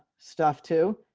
stuff too.